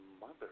mother